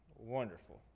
wonderful